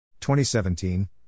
2017